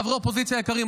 חברי אופוזיציה יקרים,